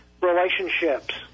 relationships